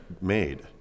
made